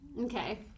Okay